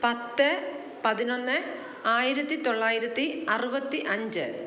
പത്ത് പതിനൊന്ന് ആയിരത്തിത്തൊള്ളായിരത്തി അറുപത്തി അഞ്ച്